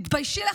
תתביישי לך,